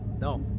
No